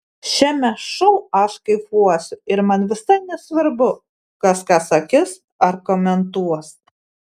šiame šou aš kaifuosiu ir man visai nesvarbu kas ką sakys ar komentuos